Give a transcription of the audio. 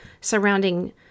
surrounding